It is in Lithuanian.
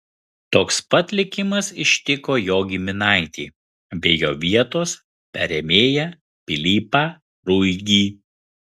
toks pat likimas ištiko jo giminaitį bei jo vietos perėmėją pilypą ruigį